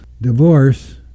divorce